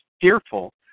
fearful